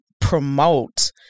promote